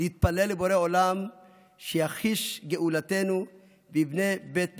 להתפלל לבורא עולם שיחיש גאולתנו ויבנה את בית מקדשנו.